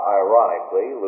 ironically